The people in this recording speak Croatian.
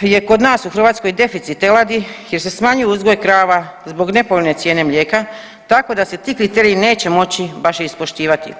je kod nas u Hrvatskoj deficit teladi jer se smanjio uzgoj krava zbog nepovoljne cijene mlijeka tako da se ti kriteriji neće moći baš ispoštivati.